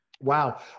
Wow